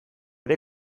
ere